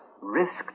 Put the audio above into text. risked